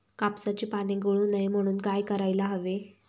कापसाची पाने गळू नये म्हणून काय करायला हवे?